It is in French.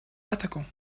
attaquant